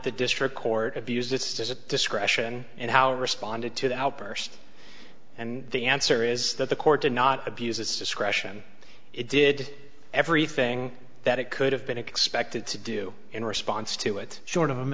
the district court abused its just a discretion and how responded to that outburst and the answer is that the court did not abuse its discretion it did everything that it could have been expected to do in response to it short of